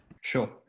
Sure